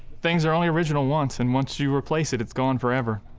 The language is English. things are only original once, and once you replace it, it's gone forever.